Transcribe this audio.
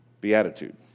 beatitude